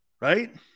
Right